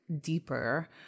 deeper